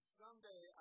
someday